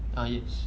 ah yes